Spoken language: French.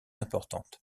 importante